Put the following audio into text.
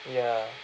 ya